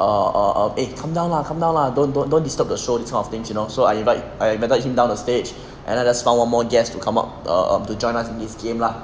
err err um come down lah come down lah don't don't disturb the show these kind of things you know so I invite I invited him down the stage and then I was found one more guest to come up to err err join us in this game lah